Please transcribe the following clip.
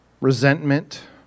resentment